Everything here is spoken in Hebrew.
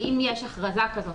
שאם יש הכרזה כזאת,